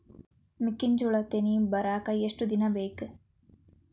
ಮೆಕ್ಕೆಜೋಳಾ ತೆನಿ ಬರಾಕ್ ಎಷ್ಟ ದಿನ ಬೇಕ್?